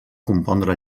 compondre